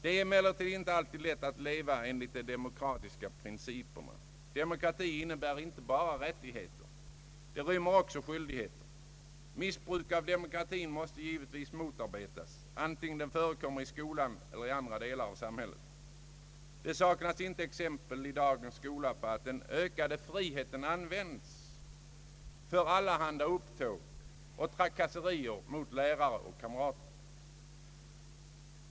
Det är emellertid inte alltid lätt att leva enligt de demokratiska principerna. Demokrati innebär inte bara rättigheter. Den rymmer också skyldigheter. Missbruk av demokratin måste givetvis motarbetas — antingen det förekommer i skolan eller i andra delar av samhället. Det saknas inte exempel i dagens skola på att den ökade friheten använts för allehanda upptåg och trakasserier både mot lärare och kamrater.